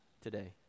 today